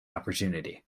opportunity